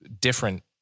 different